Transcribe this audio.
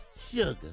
sugar